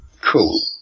Cool